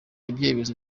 ibyemezo